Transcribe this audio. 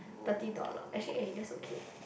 thirty dollar actually eh that's okay